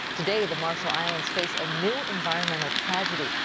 today the marshall islands face a new environmental tragedy.